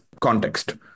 context